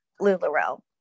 LuLaRoe